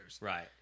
Right